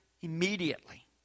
immediately